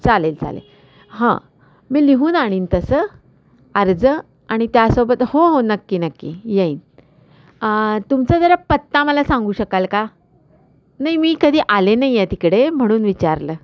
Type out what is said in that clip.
चालेल चालेल हं मी लिहून आणीन तसं अर्ज आणि त्यासोबत हो नक्की नक्की येईन तुमचा जरा पत्ता मला सांगू शकाल का नाही मी कधी आले नाही आहे तिकडे म्हणून विचारलं